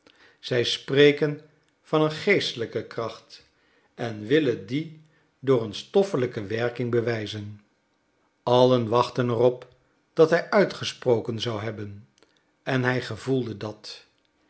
zij spreken van een geestelijke kracht en willen die door een stoffelijke werking bewijzen allen wachtten er op dat hij uitgesproken zou hebben en hij gevoelde dat